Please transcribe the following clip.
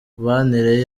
mibanire